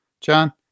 John